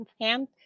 hand